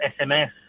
SMS